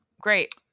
Great